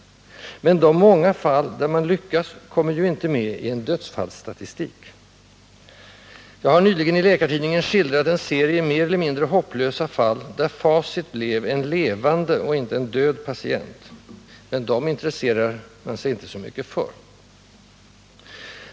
Men de många fall där de lyckats kommer ju inte med i en dödsfallsstatistik. Jag har nyligen i Läkartidningen skildrat en serie mer eller mindre hopplösa fall, där facit blev en levande och inte en död patient. Men det intresserar man sig inte så mycket för.